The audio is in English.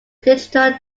digital